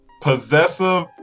possessive